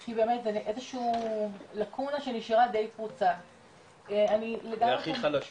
כי זאת איזושהי לקונה שנשארה די פרוצה --- והכי חלשה